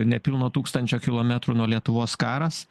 nepilno tūkstančio kilometrų nuo lietuvos karas